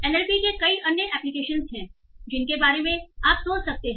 NLP के कई अन्य एप्लीकेशन हैं जिनके बारे में आप सोच सकते हैं